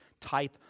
type